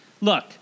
Look